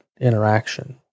interaction